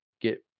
get